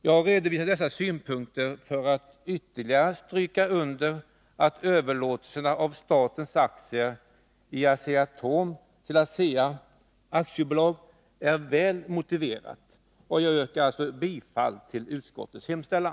Jag har redovisat dessa synpunkter för att ytterligare stryka under att överlåtelsen av statens aktier i Asea-Atom till ASEA AB är väl motiverad, och jag yrkar alltså bifall till utskottets hemställan.